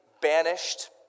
banished